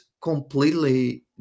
completely